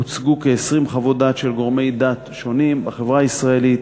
הוצגו כ-20 חוות דעת של גורמי דת שונים בחברה הישראלית.